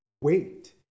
wait